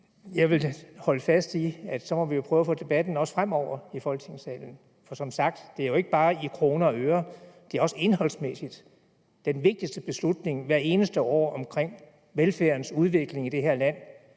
jeg vil holde fast i, at så må vi jo prøve at få debatten i Folketingssalen også fremover. For som sagt: Det er jo ikke bare i kroner og øre, at det her er den vigtigste beslutning hvert eneste år omkring velfærdens udvikling i det her land,